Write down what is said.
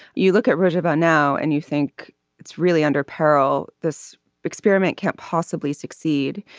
you look at roosevelt now and you think it's really under peril. this experiment can't possibly succeed.